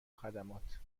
خدمات